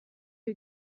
who